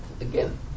Again